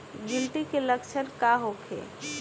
गिलटी के लक्षण का होखे?